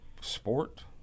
sport